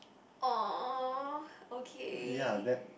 oh okay